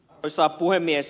arvoisa puhemies